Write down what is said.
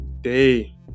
day